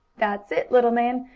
that's it, little man,